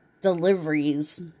deliveries